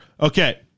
Okay